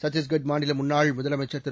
சத்திஷ்கர் மாநில முன்னாள் முதலமைச்சர் திரு